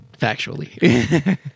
Factually